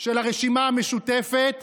של הרשימה המשותפת,